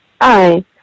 Hi